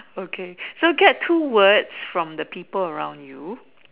okay so get two words from the people around you